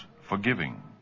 forgiving